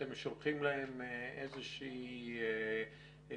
אתם שולחים להם איזושהי התראה?